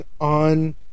on